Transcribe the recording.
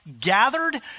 gathered